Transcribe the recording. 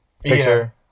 picture